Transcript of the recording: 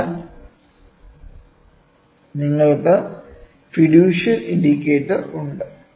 അതിനാൽ നിങ്ങൾക്ക് fiducial indicator ഉണ്ട്